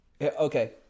Okay